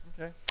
Okay